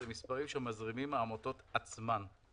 הם מספרים שמזרימות העמותות עצמן.